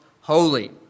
holy